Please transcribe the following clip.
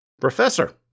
Professor